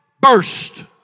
burst